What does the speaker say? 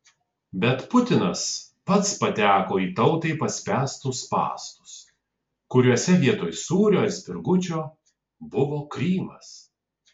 bet putinas pats pateko į tautai paspęstus spąstus kuriuose vietoj sūrio ar spirgučio buvo krymas